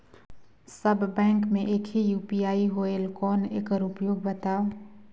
सब bank मे एक ही यू.पी.आई होएल कौन एकर उपयोग बताव?